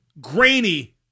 grainy